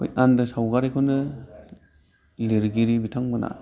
आन्दो सावगारिखौनो लिरगिरि बिथांमोना